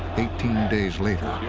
eighteen days later.